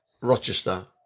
Rochester